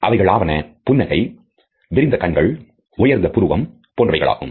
அவைகளாவன புன்னகை விரிந்த கண்கள் உயர்ந்த புருவம் போன்றவைகளாகும்